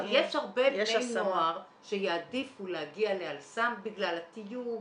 יש הרבה בני נוער שיעדיפו להגיע ל"אל סם" בגלל התיוג,